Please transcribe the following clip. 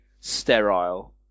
sterile